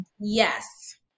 Yes